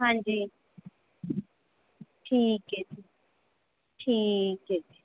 ਹਾਂਜੀ ਠੀਕ ਹੈ ਜੀ ਠੀਕ ਹੈ ਜੀ